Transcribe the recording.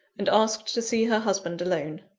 and asked to see her husband alone.